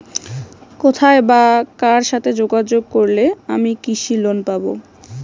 কোথায় বা কার সাথে যোগাযোগ করলে আমি কৃষি লোন পাব?